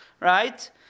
right